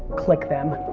click them,